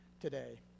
today